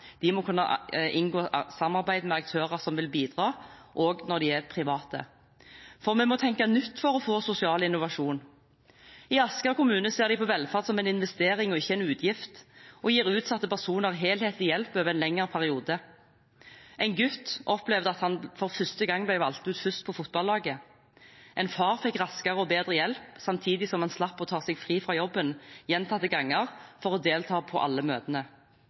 De må kunne inngå samarbeid med aktører som vil bidra, også når de er private, for vi må tenke nytt for å få sosial innovasjon. I Asker kommune ser de på velferd som en investering, ikke en utgift, og gir utsatte personer helhetlig hjelp over en lengre periode. En gutt opplevde at han for første gang ble valgt ut først på fotballaget. En far fikk raskere og bedre hjelp samtidig som han slapp å ta seg fri fra jobben gjentatte ganger for å delta på alle møtene.